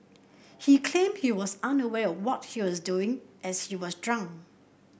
he claimed he was unaware of what he was doing as he was drunk